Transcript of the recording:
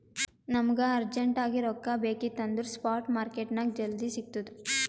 ನಮುಗ ಅರ್ಜೆಂಟ್ ಆಗಿ ರೊಕ್ಕಾ ಬೇಕಿತ್ತು ಅಂದುರ್ ಸ್ಪಾಟ್ ಮಾರ್ಕೆಟ್ನಾಗ್ ಜಲ್ದಿ ಸಿಕ್ತುದ್